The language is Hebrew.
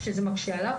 שזה מקשה עליו.